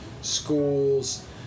schools